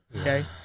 Okay